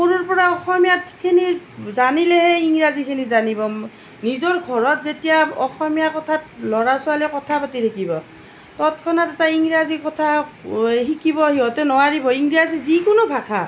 সৰুৰ পৰা অসমীয়াত খিনিৰ জানিলেহে ইংৰাজীখিনি জানিব নিজৰ ঘৰত যেতিয়া অসমীয়া কথাত ল'ৰা ছোৱালীয়ে কথা পাতি থাকিব তৎক্ষণাত এটা ইংৰাজী কথা শিকিব সিহঁতে নোৱাৰিব ইংৰাজী যিকোনো ভাষা